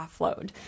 offload